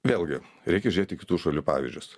vėlgi reikia žiūrėt į kitų šalių pavyzdžius